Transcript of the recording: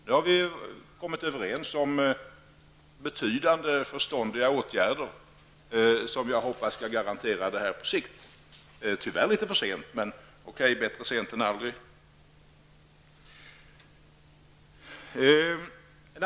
Nu har vi kommit överens om betydande och förståndiga åtgärder, som jag hoppas skall garantera att detta på sikt kan uppnås. Tyvärr är det litet för sent, men bättre sent än aldrig.